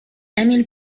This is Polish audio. emil